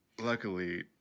luckily